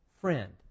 friend